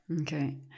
Okay